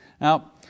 Now